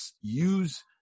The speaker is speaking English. use